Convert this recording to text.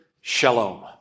shalom